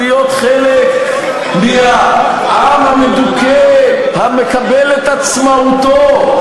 להיות חלק מהעם המדוכא המקבל את עצמאותו,